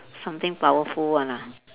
something powerful one ah